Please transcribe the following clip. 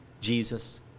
Jesus